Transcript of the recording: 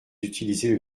utilisez